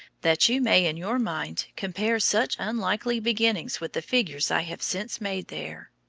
that you may in your mind compare such unlikely beginnings with the figures i have since made there.